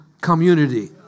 community